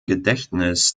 gedächtnis